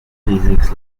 physics